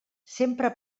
sempre